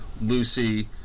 Lucy